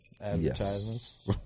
Advertisements